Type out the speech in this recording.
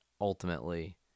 ultimately